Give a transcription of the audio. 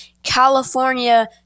California